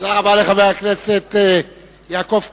תודה רבה לחבר הכנסת יעקב כץ,